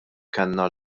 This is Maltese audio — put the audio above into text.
kellna